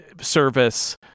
service